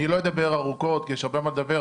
אני לא אדבר ארוכות כי יש הרבה מה לדבר,